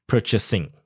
Purchasing